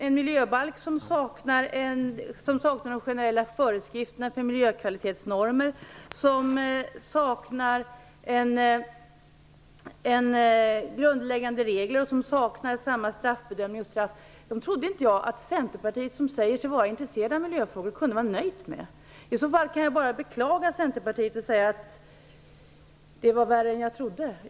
En miljöbalk som saknar generella föreskrifter för miljökvalitetsnormer, grundläggande regler, samma straffbedömning och straff, trodde inte jag att Centerpartiet, som säger sig vara intresserat av miljöfrågor, kunde vara nöjt med. I så fall kan jag bara beklaga Centerpartiet. Det var värre än jag trodde.